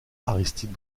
aristide